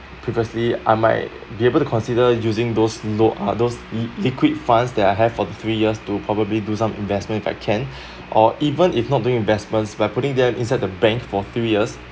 previously I might be able to consider using those low uh those liquid funds that I have for the three years to probably do some investment if I can or even if not doing investments by putting them inside the bank for three years